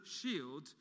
shield